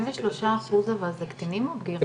ה-53% זה קטינים או בגירים?